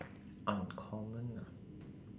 uncommon ah